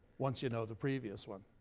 once you know the previous one.